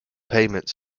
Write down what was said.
payment